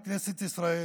בכנסת ישראל,